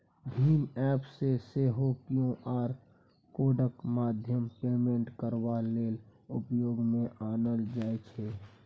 भीम app केँ सेहो Q R कोडक माध्यमेँ पेमेन्ट करबा लेल उपयोग मे आनल जाइ छै